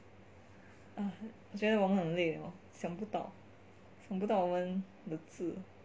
我觉得我们很累了想不到想不到我们的字